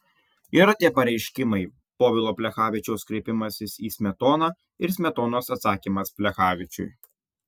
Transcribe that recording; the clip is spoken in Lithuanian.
yra tie pareiškimai povilo plechavičiaus kreipimasis į smetoną ir smetonos atsakymas plechavičiui